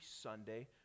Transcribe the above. Sunday